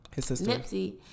Nipsey